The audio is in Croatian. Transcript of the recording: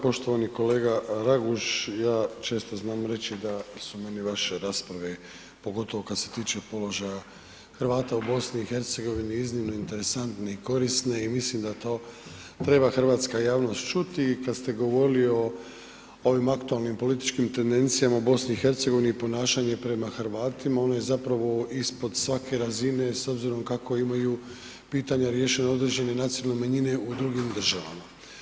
Poštovani kolega Raguž, ja često znam reći da su meni vaše rasprave, pogotovo kad se tiče položaja Hrvata u BiH, iznimno interesantne i korisne i mislim da to treba hrvatska javnost čuti i kad ste govorili o ovim aktualnim političkim tendencijama u BiH i ponašanje prema Hrvatima, ona je zapravo ispod svake razine s obzirom kako imaju pitanja riješena određene nacionalne manjine u drugim državama.